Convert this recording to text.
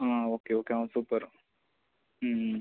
ம் okay okay super ம்ம்